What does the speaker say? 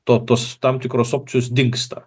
to tos tam tikros opcijos dingsta